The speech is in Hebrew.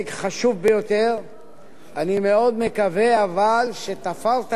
שתפרת את העניין בצורה כזאת שיש גם לוחות זמנים מדויקים,